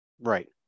Right